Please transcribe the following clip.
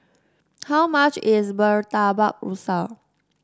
how much is Murtabak Rusa